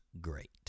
great